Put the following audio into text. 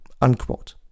unquote